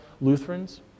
Lutherans